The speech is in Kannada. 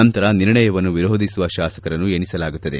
ನಂತರ ನಿರ್ಣಯವನ್ನು ವಿರೋಧಿಸುವ ಶಾಸಕರನ್ನು ಎಣಿಸಲಾಗುತ್ತದೆ